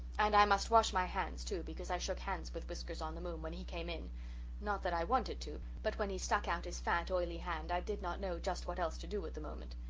and i must wash my hands, too, because i shook hands with whiskers-on-the-moon when he came in not that i wanted to, but when he stuck out his fat, oily hand i did not know just what else to do at the moment.